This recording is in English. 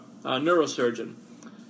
neurosurgeon